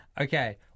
Okay